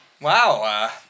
Wow